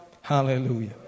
hallelujah